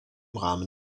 rahmen